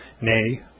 nay